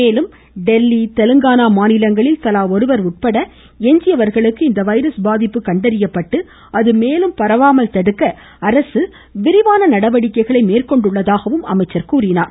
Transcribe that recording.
மேலும் டெல்லி தெலுங்கானா மாநிலங்களில் தலா ஒருவர் உட்பட எஞ்சியவர்களுக்கு இந்த வைரஸ் பாதிப்பு கண்டறியப்பட்டு அது மேலும் பரவாமல் தடுக்க அரசு விரிவான நடவடிக்கைகளை மேற்கொண்டுள்ளதாக கூறினார்